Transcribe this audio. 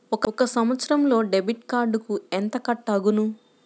ఒక సంవత్సరంలో డెబిట్ కార్డుకు ఎంత కట్ అగును?